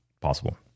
possible